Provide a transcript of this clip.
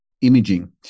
imaging